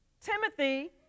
Timothy